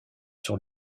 sur